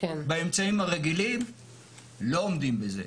באמצעים הרגילים לא עומדים בזה.